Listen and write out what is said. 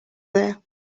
there